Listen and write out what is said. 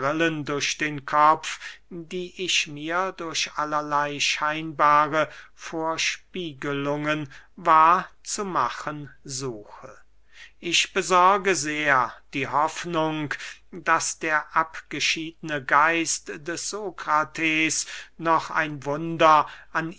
durch den kopf die ich mir durch allerley scheinbare vorspiegelungen wahr zu machen suche ich besorge sehr die hoffnung daß der abgeschiedene geist des sokrates noch ein wunder an